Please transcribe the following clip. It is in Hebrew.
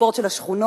ספורט של השכונות,